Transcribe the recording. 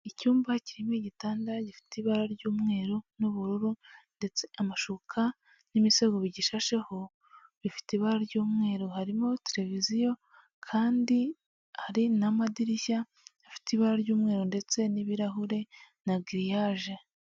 Icyumba kirimo igitanda gifite ibara ry'umweru n'ubururu, ndetse amashuka n'imisego bigishasheho bifite ibara ry'umweru. Harimo televiziyo, kandi hari n'amadirishya afite ibara ry'umweru, ndetse n'ibirahure, na giriyaje.